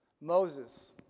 Moses